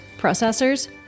processors